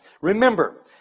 Remember